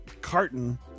carton